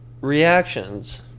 reactions